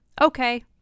okay